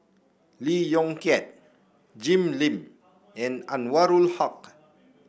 Lee Yong Kiat Jim Lim and Anwarul Haque